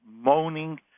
moaning